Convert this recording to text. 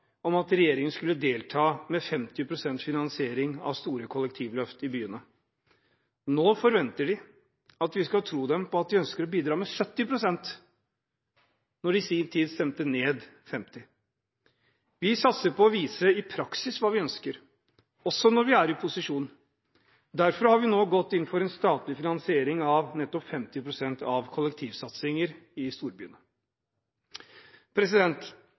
om at regjeringen skulle delta med 50 pst. finansiering av store kollektivløft i byene. Nå forventer de at vi skal tro dem på at de ønsker å bidra med 70 pst., når de i sin tid stemte ned 50 pst. Vi satser på å vise i praksis hva vi ønsker, også når vi er i posisjon. Derfor har vi nå gått inn for en statlig finansiering av nettopp 50 pst. til kollektivsatsing i storbyene.